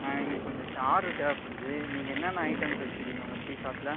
ஆ எங்களுக்கு கொஞ்சம் ஆட்ரு தேவைப்படுது நீங்கள் என்னன்ன ஐட்டம்ஸ் வச்சிருக்கீங்க உங்கள் டீ ஷாப்ல